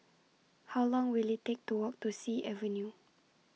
How Long Will IT Take to Walk to Sea Avenue